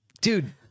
dude